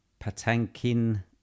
Patankin